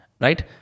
right